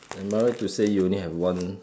am I right to say you only have one